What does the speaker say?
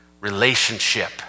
Relationship